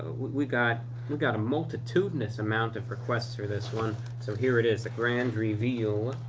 we got we've got a multitudinous amount of requests for this one. so here it is a grand reveal!